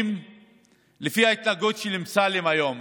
ולפי ההתנהגות של אמסלם היום,